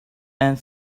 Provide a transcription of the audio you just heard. and